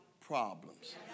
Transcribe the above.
problems